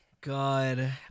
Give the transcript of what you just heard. god